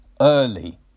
early